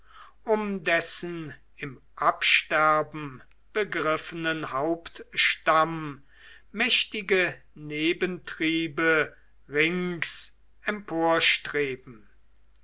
um dessen im absterben begriffenen hauptstamm mächtige nebentriebe rings